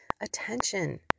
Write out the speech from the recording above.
attention